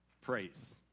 praise